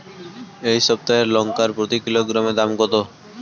এই সপ্তাহের লঙ্কার প্রতি কিলোগ্রামে দাম কত?